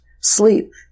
sleep